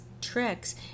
tricks